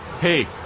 hey